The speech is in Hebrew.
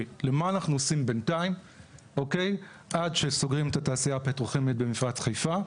למה אנחנו עושים בינתיים עד שסוגרים את התעשייה הפטרוכימית במפרץ חיפה,